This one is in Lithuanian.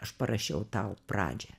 aš parašiau tau pradžią